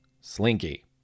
slinky